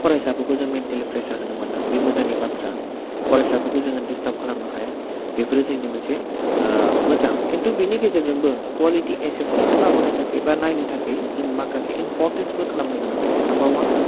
फरायसाफोरखौ जों mentally pressure होनो मोना बि मोजांनि बाथ्रा फरायसाफोरखौ जोङो दिसतार्ब खालामनो हाया बेफोरो जोंनि मोनसे मोजां खिन्थु बेनि गेजेरजोंबो कवालिटि एसेसमेन्टखौ लाबोनो थाखाय बा नायनो थाखै जोङो माखासे इमपरटेन्ट्सबो खालामनो गोनां जायो नाम्बार अवान